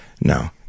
No